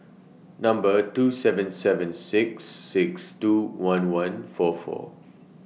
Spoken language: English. Number two seven seven six six two one one four four